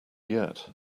yet